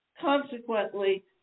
Consequently